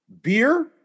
Beer